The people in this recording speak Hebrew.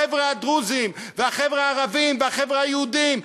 החבר'ה הדרוזים והחבר'ה הערבים והחבר'ה היהודים,